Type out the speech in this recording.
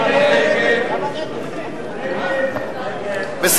ההסתייגויות של קבוצת סיעות בל"ד רע"ם-תע"ל